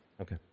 Okay